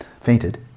fainted